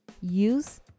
Use